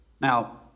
Now